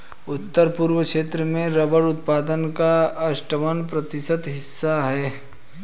उत्तर पूर्व क्षेत्र में रबर उत्पादन का अठ्ठावन प्रतिशत हिस्सा है